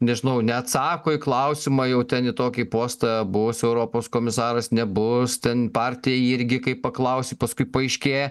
nežinau neatsako į klausimą jau ten į tokį postą bus europos komisaras nebus ten partija irgi kai paklausi paskui paaiškėja